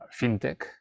fintech